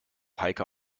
heike